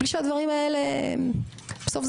בלי שהדברים האלה בסוף,